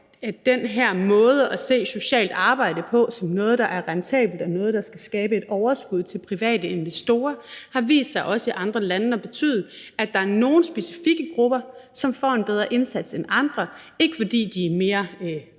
den her måde at se socialt arbejde på, altså som noget, der er rentabelt, og noget, der skal skabe et overskud til private investorer, har vist sig også i andre lande at betyde, at der er nogle specifikke grupper, som får en bedre indsats end andre, ikke fordi de er mere værdigt